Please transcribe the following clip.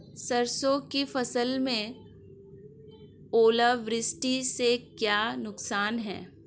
सरसों की फसल में ओलावृष्टि से क्या नुकसान है?